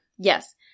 Yes